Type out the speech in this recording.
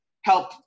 help